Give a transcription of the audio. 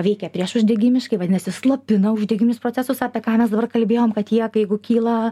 veikia priešuždegimiškai vadinasi slopina uždegiminius procesus apie ką mes dabar kalbėjom kad jie jeigu kyla